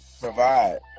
provide